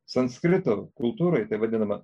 sanskrito kultūroj tai vadinama